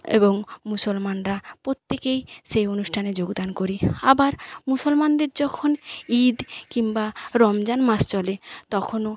এবং মুসলমানরা প্রত্যেকেই সেই অনুষ্ঠানে যোগদান করি আবার মুসলমানদের যখন ঈদ কিংবা রমজান মাস চলে তখনও